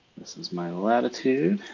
this is my latitude,